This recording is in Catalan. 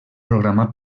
programa